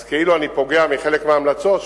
אז כאילו אני פוגע בחלק מההמלצות,